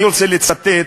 אני רוצה לצטט,